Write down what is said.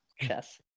chess